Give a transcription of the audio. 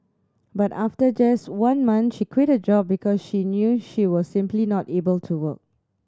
but after just one month she quit her job because she knew she was simply not able to work